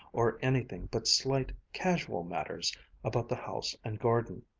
or anything but slight, casual matters about the house and garden.